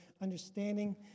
understanding